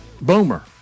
Boomer